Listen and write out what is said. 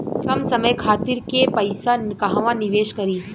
कम समय खातिर के पैसा कहवा निवेश करि?